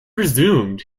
resumed